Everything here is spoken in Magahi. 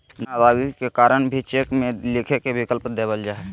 धन अदायगी के कारण भी चेक में लिखे के विकल्प देवल जा हइ